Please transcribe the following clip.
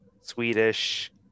Swedish